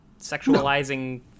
Sexualizing